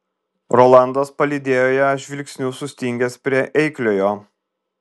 rolandas palydėjo ją žvilgsniu sustingęs prie eikliojo